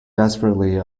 desperately